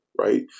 right